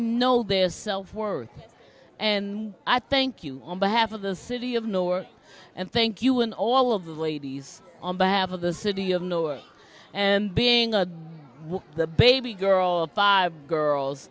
know their self worth and i thank you on behalf of the city of moore and thank you and all of the ladies on behalf of the city of newark and being a the baby girl of five girls